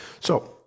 So-